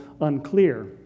unclear